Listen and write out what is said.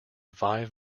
five